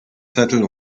zettel